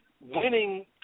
winning